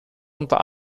unter